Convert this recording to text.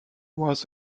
was